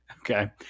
Okay